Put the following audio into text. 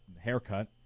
haircut